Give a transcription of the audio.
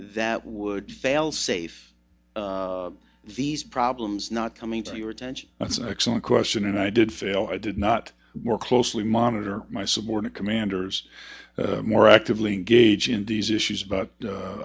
that would fail safe these problems not coming to your attention excellent question and i did fail i did not more closely monitor my subordinate commanders more actively engage in these issues but